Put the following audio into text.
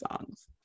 songs